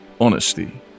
honesty